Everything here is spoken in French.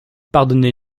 pardonnez